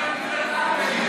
הוא אומר דברי טעם.